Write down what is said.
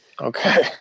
okay